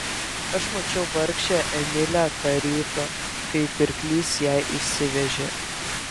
aš mačiau vargšę emilę tą rytą kai pirklys ją išsivežė